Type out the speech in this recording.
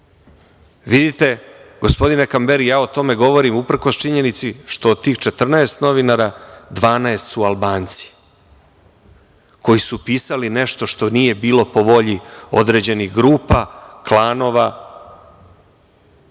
gospodine Kamberi, ja o tome govorim, uprkos činjenici što od tih 14 novinara 12 su Albanci koji su pisali nešto što nije bilo po volji određenih grupa, klanova